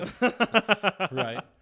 right